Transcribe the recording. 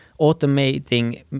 automating